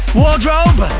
wardrobe